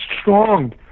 strong